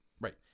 Right